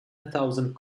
thousand